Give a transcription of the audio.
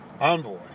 envoy